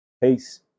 Peace